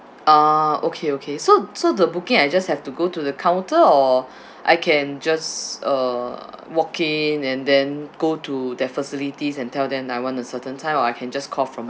ah okay okay so so the booking I just have to go to the counter or I can just uh walk in and then go to that facilities and tell them I want a certain time or I can just call from